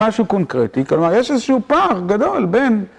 משהו קונקרטי, כלומר, יש איזשהו פער גדול בין